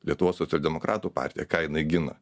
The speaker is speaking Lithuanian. lietuvos socialdemokratų partija ką jinai gina